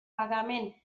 pagament